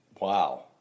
Wow